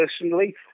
personally